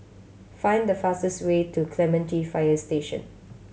find the fastest way to Clementi Fire Station